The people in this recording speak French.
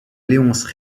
léonce